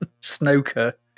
snooker